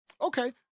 Okay